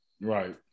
Right